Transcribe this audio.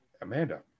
Amanda